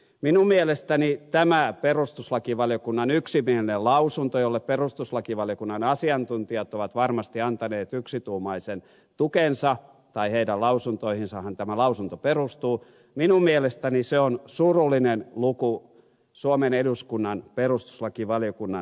minun mielestäni tämä perustuslakivaliokunnan yksimielinen lausunto jolle perustuslakivaliokunnan asiantuntijat ovat varmasti antaneet yksituumaisen tukensa tai heidän lausuntoihinsahan tämä lausunto perustuu on surullinen luku suomen eduskunnan perustuslakivaliokunnan historiassa